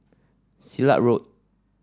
Silat Road